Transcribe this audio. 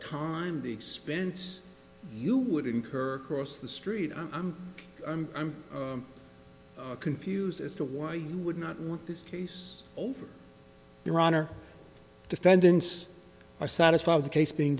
time the expense you would incur cross the street and i'm i'm i'm confused as to why you would not want this case over your honor defendants are satisfied the case being